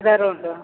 ആധാറും ഉണ്ടോ